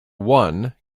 one